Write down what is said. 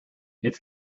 its